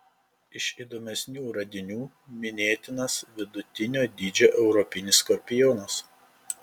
iš įdomesnių radinių minėtinas vidutinio dydžio europinis skorpionas